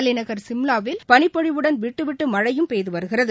தலைநகர் ஷிம்லாவில் பனிப்பொழிவுடன் விட்டுவிட்டு மழையும் பெய்து வருகிறது